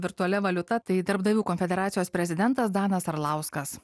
virtualia valiuta tai darbdavių konfederacijos prezidentas danas arlauskas